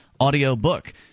audiobook